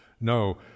no